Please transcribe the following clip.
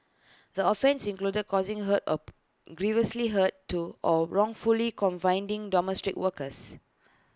the offences included causing hurt or grievously hurt to or wrongfully confining workers